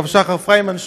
הרב שחר פריימן,